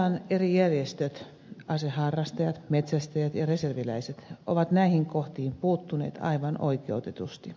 asealan eri järjestöt aseharrastajat metsästäjät ja reserviläiset ovat näihin kohtiin puuttuneet aivan oikeutetusti